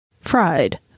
FRIED